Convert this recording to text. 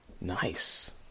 Nice